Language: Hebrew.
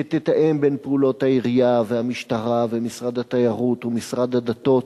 שתתאם את פעולות העירייה והמשטרה ומשרד התיירות ומשרד הדתות.